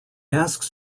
asks